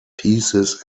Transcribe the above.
pieces